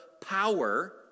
power